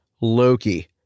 Loki